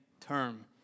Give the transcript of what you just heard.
term